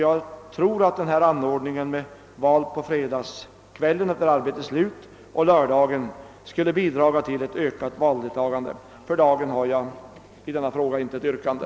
Jag tror att denna anordning med val på fredagskvällen efter arbetets slut samt på lördagen skulle bidra till ett ökat valdeltagande. För dagen har jag i denna fråga intet yrkande.